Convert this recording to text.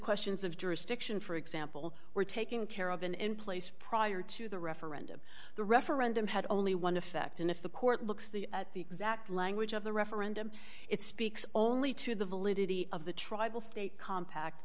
questions of jurisdiction for example were taking care of been in place prior to the referendum the referendum had only one effect and if the court looks the at the exact language of the referendum it speaks only to the validity of the tribal state compact